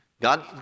God